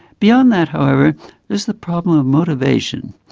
beyond that however there's the problem of motivation.